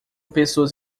pessoas